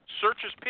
searches